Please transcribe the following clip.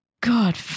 god